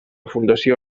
fundació